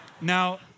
Now